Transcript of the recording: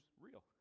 real